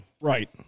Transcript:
Right